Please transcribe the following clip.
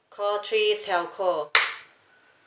call three telco